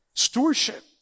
stewardship